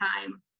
time